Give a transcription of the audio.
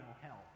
help